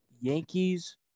Yankees